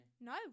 No